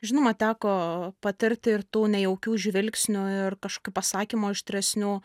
žinoma teko patarti ir tau nejaukių žvilgsnių ir kažkokių pasakymų aštresnių